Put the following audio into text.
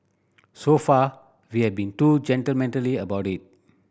so far we have been too about it